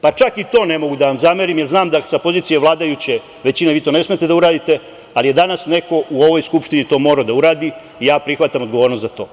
Pa, čak ni to ne mogu da vam zamerim, jer znam da sa pozicije vladajuće većine vi to ne smete da uraditi, ali je danas neko u ovoj Skupštini to morao da uradi i ja prihvatam odgovornost za to.